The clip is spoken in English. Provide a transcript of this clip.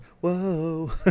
Whoa